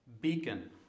beacon